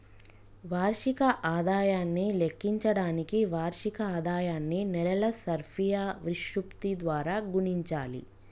వార్షిక ఆదాయాన్ని లెక్కించడానికి వార్షిక ఆదాయాన్ని నెలల సర్ఫియా విశృప్తి ద్వారా గుణించాలి